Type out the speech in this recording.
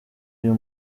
uyu